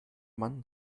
man